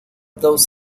those